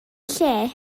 lle